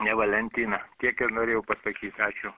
ne valentiną tiek ir norėjau pasakyt ačiū